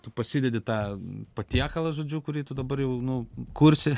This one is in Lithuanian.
tu pasidedi tą patiekalą žodžiu kurį tu dabar jau nu kursi